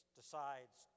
decides